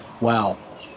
wow